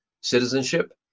citizenship